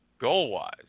goal-wise